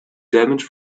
damage